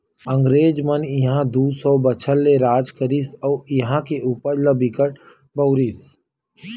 अंगरेज मन इहां दू सौ बछर ले राज करिस अउ इहां के उपज ल बिकट बउरिस